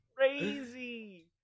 crazy